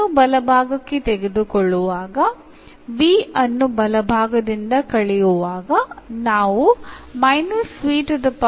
യെ വലതുവശത്തേക്ക് കൊണ്ടുപോയി അത് കുറക്കുമ്പോൾ നമുക്ക് എന്നായി ലഭിക്കുന്നു